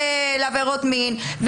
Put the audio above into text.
לעבירות מין,